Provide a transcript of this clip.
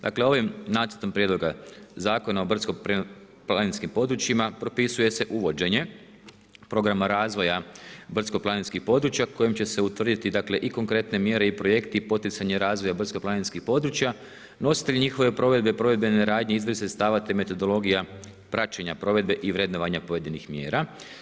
Dakle ovim nacrtom prijedloga Zakona o brdsko-planinskim područjima propisuje se uvođenje programa razvoja brdsko-planinskih područja kojim će se utvrditi dakle i konkretne mjere i projekti i projekti i poticanje razvoja brdsko-planinskih područja, nositelji njihove provedbe, provedbene radnje, izvid sredstava te metodologija praćenja provedbe i vrednovanja pojedinih mjera.